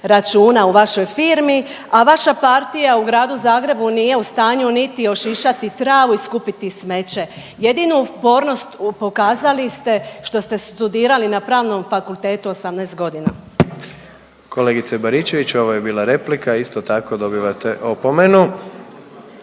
računa u vašoj firmi, a vaša partija u Gradu Zagrebu nije u stanju niti ošišati travu i skupiti smeće. Jedinu upornost u, pokazali ste što ste studirali na pravnom fakultetu 18 godina. **Jandroković, Gordan (HDZ)** Kolegice Baričević, ovo je bila replika, a isto tako dobivate opomenu.